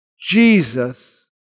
Jesus